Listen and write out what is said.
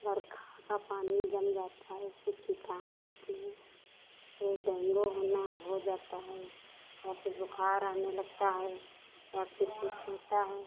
वर्षा का पानी जम जाता है उससे कीटाणु होते हैं इससे डेंगू होना हो जाता है औ फिर बुखार आने लगता है या फिर कुछ होता है